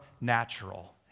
natural